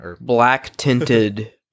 black-tinted